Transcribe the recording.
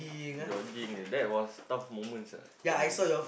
jogging that was tough moments ah for me